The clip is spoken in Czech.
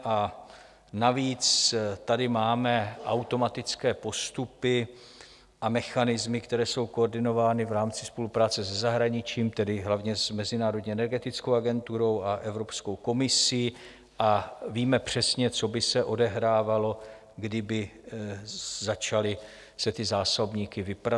A navíc tady máme automatické postupy a mechanismy, které jsou koordinovány v rámci spolupráce se zahraničím, tedy hlavně s Mezinárodní energetickou agenturou a Evropskou komisí, a víme přesně, co by se odehrávalo, kdyby se začaly ty zásobníky vyprazdňovat.